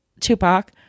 Tupac